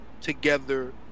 together